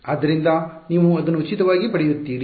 ಆದ್ದರಿಂದ ನೀವು ಅದನ್ನು ಉಚಿತವಾಗಿ ಪಡೆಯುತ್ತೀರಿ